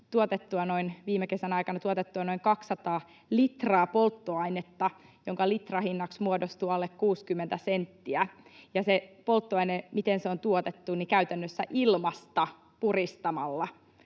tuotettua noin 200 litraa polttoainetta, jonka litrahinnaksi muodostuu alle 60 senttiä. Ja miten se polttoaine on tuotettu, niin käytännössä ilmasta puristamalla